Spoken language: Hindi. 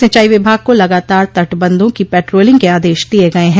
सिंचाई विभाग को लगातार तटबंधों की पेट्रोलिंग के आदेश दिये गये हैं